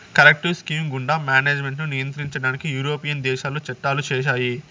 collective scheme గుండా management ను నియంత్రించడానికి యూరోపియన్ దేశాలు చట్టాలు చేశాయి